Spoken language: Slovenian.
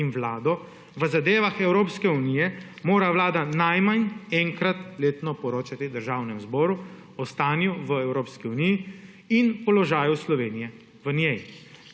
in vlado v zadevah Evropske unije Vlada najmanj enkrat letno poročati Državnemu zboru o stanju v Evropski uniji in položaju Slovenije v njej.